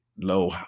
Low